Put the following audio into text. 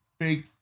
fake